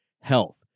health